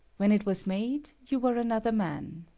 when it was made, you were another man.